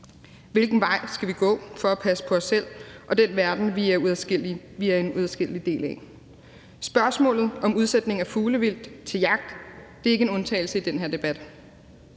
Hvilken vej skal vi gå for at passe på os selv og den verden, vi er en uadskillelig del af? Spørgsmålet om udsætning af fuglevildt til jagt er ikke en undtagelse i den her debat.